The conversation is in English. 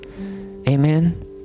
Amen